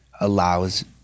allows